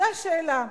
זאת השאלה.